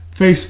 Facebook